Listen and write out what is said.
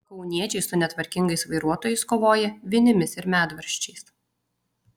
kauniečiai su netvarkingais vairuotojais kovoja vinimis ir medvaržčiais